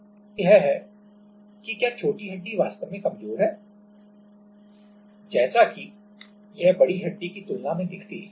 अब बिंदु यह है कि क्या छोटी हड्डी वास्तव में कमजोर है जैसा कि यह बड़ी हड्डी की तुलना में दिखती है